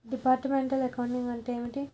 Departmental accounting అంటే ఏమిటి?